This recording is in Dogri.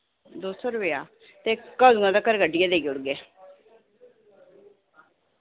दो सौ रपेआ ते कदूआं तगर कड्ढियै देई ओड़गे